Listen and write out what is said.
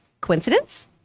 Coincidence